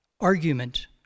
argument